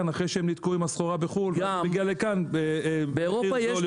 אחרי שהם נתקעו עם הסחורה בחו"ל והגיע לכאן במחיר זול יותר.